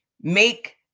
make